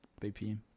BPM